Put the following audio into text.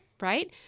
right